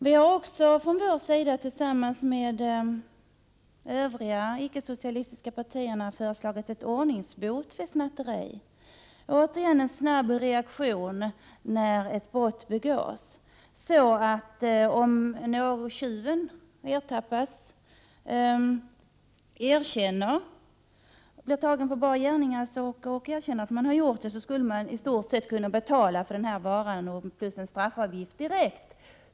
Vi har också tillsammans med övriga icke-socialistiska partier föreslagit ordningsbot för snatteri. Det är återigen fråga om en snabb reaktion när ett brott begås. Om tjuven blir tagen på bar gärning och erkänner, skulle han i stort sett kunna betala för varan plus en straffavgift direkt.